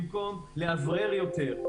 במקום לאוורר יותר,